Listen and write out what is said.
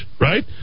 right